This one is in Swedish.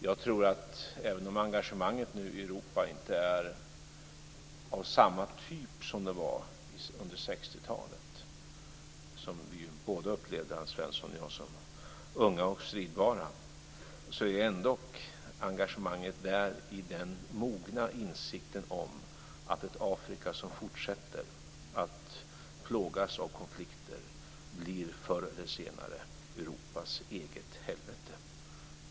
Jag tror att även om engagemanget i Europa nu inte är av samma typ som det var under 60-talet, som både Alf Svensson och jag som unga och stridbara upplevde, så är ändock engagemanget där i den mogna insikten om att ett Afrika som fortsätter att plågas av konflikter förr eller senare blir Europas eget helvete.